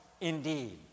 indeed